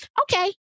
Okay